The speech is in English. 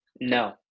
No